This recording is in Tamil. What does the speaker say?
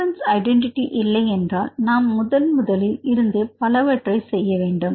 சீக்வென்ஸ் ஐடென்டிட்டி இல்லை என்றால் நாம் முதல் முதலில் இருந்து பலவற்றை செய்ய வேண்டும்